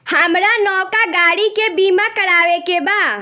हामरा नवका गाड़ी के बीमा करावे के बा